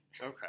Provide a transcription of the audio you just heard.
Okay